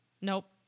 Nope